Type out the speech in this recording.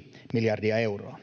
2,85 miljardia euroa.